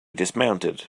dismounted